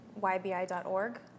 YBI.org